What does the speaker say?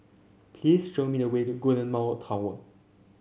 please show me the way to Golden Mile Tower